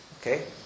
Okay